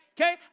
Okay